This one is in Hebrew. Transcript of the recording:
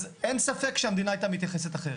אז אין ספק שהמדינה הייתה מתייחסת אחרת.